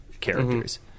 characters